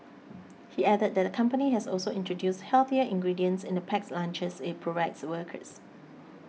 he added that the company has also introduced healthier ingredients in the packed lunches it provides workers